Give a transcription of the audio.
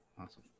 Awesome